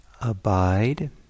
abide